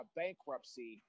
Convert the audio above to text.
bankruptcy